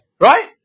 right